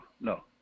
no